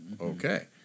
okay